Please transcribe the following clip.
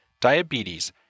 diabetes